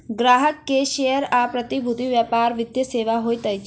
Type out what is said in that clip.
ग्राहक के शेयर आ प्रतिभूति व्यापार वित्तीय सेवा होइत अछि